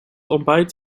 ontbijt